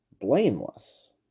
blameless